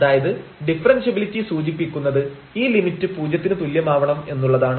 അതായത് ഡിഫറെൻഷ്യബിലിറ്റി സൂചിപ്പിക്കുന്നത് ഈ ലിമിറ്റ് പൂജ്യത്തിനു തുല്ല്യമാവണം എന്നുള്ളതാണ്